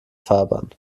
fahrbahn